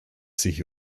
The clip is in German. sich